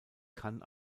kann